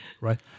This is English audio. Right